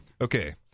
Okay